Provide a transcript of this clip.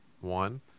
one